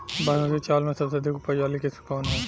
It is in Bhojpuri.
बासमती चावल में सबसे अधिक उपज वाली किस्म कौन है?